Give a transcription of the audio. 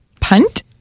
Punt